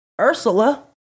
Ursula